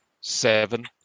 seven